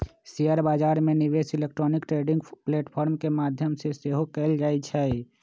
share बजार में निवेश इलेक्ट्रॉनिक ट्रेडिंग प्लेटफॉर्म के माध्यम से सेहो कएल जाइ छइ